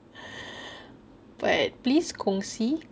but please kongsi